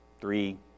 three